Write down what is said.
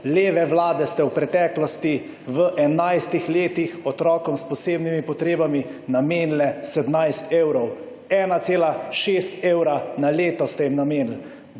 Leve Vlade ste v preteklosti v enajstih letih otrokom s posebnimi potrebami namenile 17 evrov, 1,6 evra na leto ste jim namenili.